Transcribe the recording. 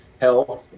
health